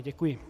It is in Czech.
Děkuji.